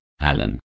Alan